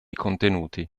contenuti